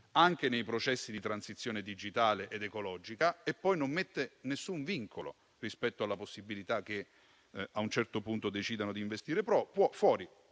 anche nei processi di transizione digitale ed ecologica e poi non mette alcun vincolo rispetto alla possibilità che a un certo punto decidano di investire fuori.